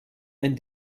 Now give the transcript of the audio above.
ein